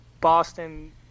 Boston